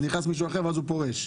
אז נכנס מישהו אחר ואז הוא פורש.